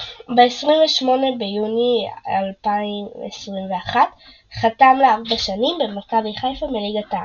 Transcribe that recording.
ב-28 ביוני 2021 חתם לארבע שנים במכבי חיפה מליגת העל.